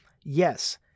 yes